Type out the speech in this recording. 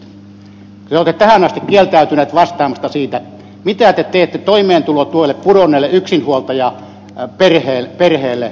arvoisat ministerit te olette tähän asti kieltäytyneet vastaamasta mitä te teette toimeentulotuelle pudonneelle yksinhuoltajaperheelle